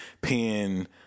pen